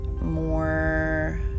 more